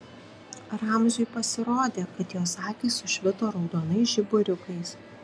ramziui pasirodė kad jos akys sušvito raudonais žiburiukais